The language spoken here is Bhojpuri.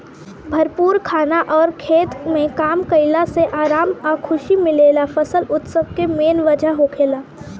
भरपूर खाना अउर खेत में काम कईला से आराम आ खुशी मिलेला फसल उत्सव के मेन वजह होखेला